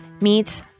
meets